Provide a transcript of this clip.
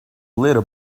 little